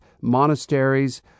monasteries